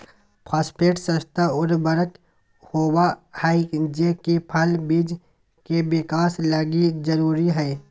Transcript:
phosphate सस्ता उर्वरक होबा हइ जे कि फल बिज के विकास लगी जरूरी हइ